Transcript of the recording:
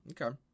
Okay